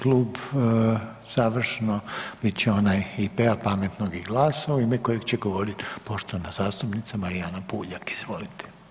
klub završno, bit će onaj IP-a, Pametnog i GLAS-a u ime kojeg će govoriti poštovana zastupnica Marijana Puljak, izvolite.